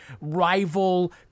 rival